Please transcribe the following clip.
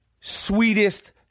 sweetest